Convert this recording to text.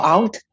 Out